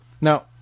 Now